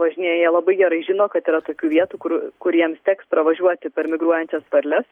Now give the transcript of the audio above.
važinėja jie labai gerai žino kad yra tokių vietų kur kur jiems teks pravažiuoti per migruojančias varles